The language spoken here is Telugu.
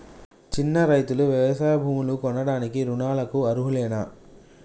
చిన్న రైతులు వ్యవసాయ భూములు కొనడానికి రుణాలకు అర్హులేనా?